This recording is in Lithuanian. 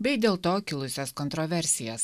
bei dėl to kilusias kontroversijas